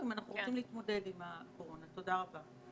תודה רבה.